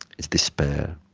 it's despair.